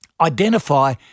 Identify